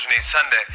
Sunday